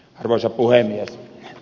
arvoisa puhemies